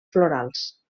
florals